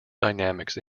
dynamics